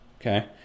Okay